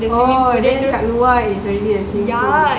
oh then kat luar it's already the swimming pool